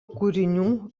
kūrinių